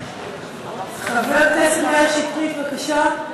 חבר כנסת מאיר שטרית, בבקשה,